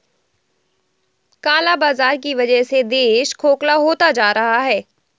काला बाजार की वजह से देश खोखला होता जा रहा है